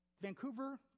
Vancouver